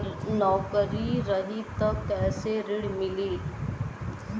नौकरी रही त कैसे ऋण मिली?